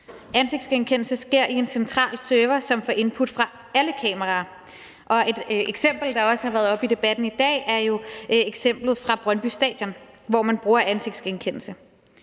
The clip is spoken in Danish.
ansigtsgenkendelse sker i en central server, som får input fra alle kameraer. Et eksempel, der også har været oppe i debatten i dag, er jo fra Brøndby Stadion, hvor man bruger ansigtsgenkendelse.